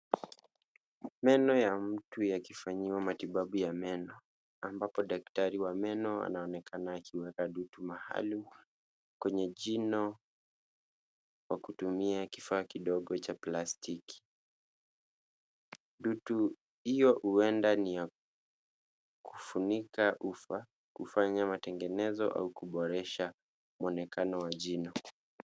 Meno ya mtu yakifanyiwa matibabu ya meno, ambapo daktari wa meno anaonekana akiweka dutu mahali kwenye jino akitumia kifaa kidogo cha plastiki. Dutu hiyo huenda ni ya kufunika ufa, kufanya matengenezo au kuboresha mwonekano wa jino.